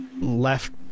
left